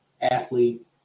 athlete